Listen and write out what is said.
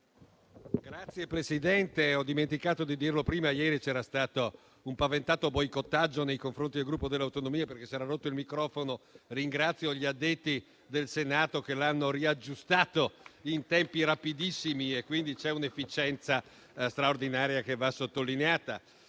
Signora Presidente, ho dimenticato di dirlo prima: ieri c'era stato un paventato boicottaggio nei confronti del Gruppo delle Autonomie, perché si era rotto il microfono. Ringrazio gli addetti del Senato, che l'hanno riaggiustato in tempi rapidissimi; c'è un'efficienza straordinaria, che va sottolineata.